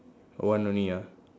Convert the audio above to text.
one only ah